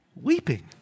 weeping